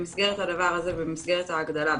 במסגרת הדבר הזה ובמסגרת ההגדלה,